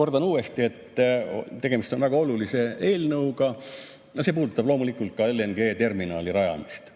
Kordan uuesti, et tegemist on väga olulise eelnõuga. See puudutab loomulikult ka LNG-terminali rajamist,